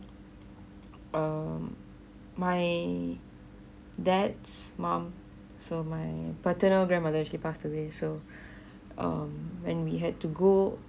um my dad's mum so my paternal grandmother she passed away so um and we had to go